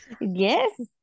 yes